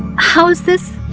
how does this